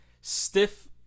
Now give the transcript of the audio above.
stiff